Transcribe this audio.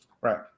right